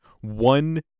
one